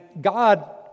God